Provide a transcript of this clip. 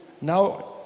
now